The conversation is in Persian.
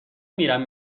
میرم